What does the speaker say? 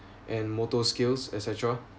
and motor skills et cetera